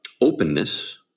openness